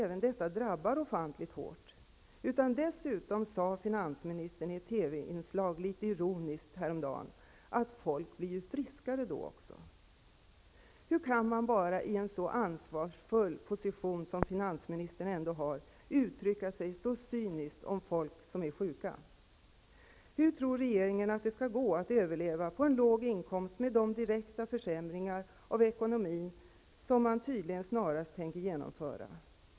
Även detta drabbar ofantligt hårt, och dessutom sade finansministern häromdagen i ett TV-inslag litet ironiskt att folk på så sätt ju också blir friskare. Hur kan man bara i en så ansvarsfull position, som en finansminister ändå har, uttrycka sig så cyniskt om folk som är sjuka? Hur tror regeringen att det skall gå att överleva på en låg inkomst med de direkta försämringar av ekonomin som man tydligen snarast tänker genomföra?